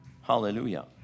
Hallelujah